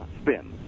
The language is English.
spin